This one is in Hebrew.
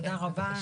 תודה רבה.